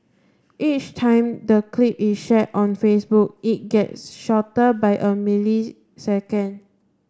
each time the clip is shared on Facebook it gets shorter by a millisecond